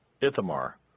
Ithamar